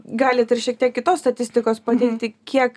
galit ir šiek tiek kitos statistikos pateikti kiek